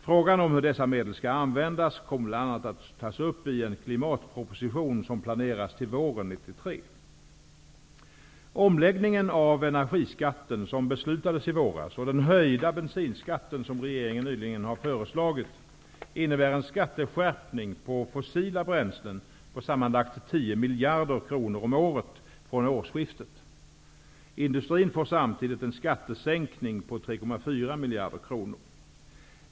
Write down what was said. Frågan om hur dessa medel skall användas kommer bl.a. att tas upp i en klimatproposition som planeras till våren Omläggningen av energiskatten som beslutades i våras och den höjda bensinskatten som regeringen nyligen har föreslagit innebär en skatteskärpning på fossila bränslen på sammanlagt 10 miljarder kronor om året från årsskiftet. Industrin får samtidigt en skattesänkning på 3,4 miljarder kronor.